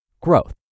Growth